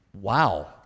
Wow